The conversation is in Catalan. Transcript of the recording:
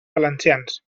valencians